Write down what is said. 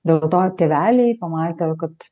dėl to tėveliai pamatę kad